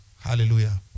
hallelujah